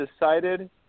decided